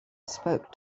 spoke